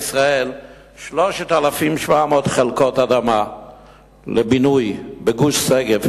ישראל 3,700 חלקות אדמה לבינוי בגוש-שגב,